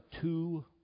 two